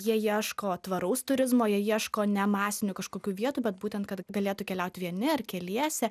jie ieško tvaraus turizmo jie ieško ne masinių kažkokių vietų bet būtent kad galėtų keliauti vieni ar keliese